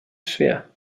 schwer